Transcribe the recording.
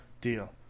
deal